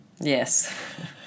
yes